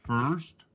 First